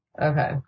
Okay